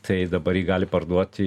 tai dabar jį gali parduoti